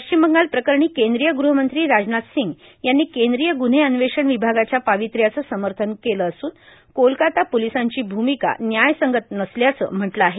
पश्चिम बंगाल प्रकरणी केंद्रीय गृहमंत्री राजनाथ सिंग यांनी केंद्रीय ग्रव्हे अन्वेषण विभागाच्या पावित्र्याचं समर्थन केलं असून कोलकाता पोलिसांची भूमिका न्यायसंगत नसल्याचं म्हटलं आहे